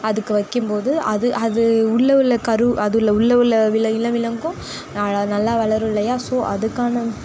அதுக்கு வைக்கிம் போது அது அது உள்ளவுள்ள கரு அது உள்ளவுள்ள வில இளம் விலங்கும் நல்லா வளரும் இல்லையா ஸோ அதுக்கான